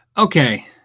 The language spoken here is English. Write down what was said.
Okay